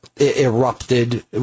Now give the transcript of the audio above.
erupted